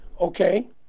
okay